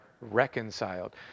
reconciled